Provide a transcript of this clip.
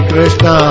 Krishna